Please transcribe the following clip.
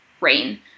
rain